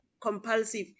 compulsive